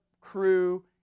crew